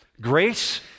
Grace